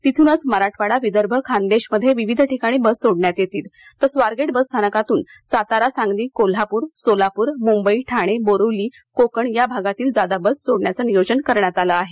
तिथूनच मराठावाडा विदर्भ खान्देशमध्ये विविध ठिकाणी बस सोडण्यात येतील तर स्वारगेट बसस्थानकातून सातारा सांगली कोल्हापुर सोलापूर मुंबई ठाणे बोरीवली कोकण या भागातील जादा बस गाड्या सोडण्याचं नियोजन करण्यात आलं आहे